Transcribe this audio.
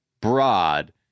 broad